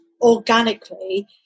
organically